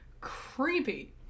Creepy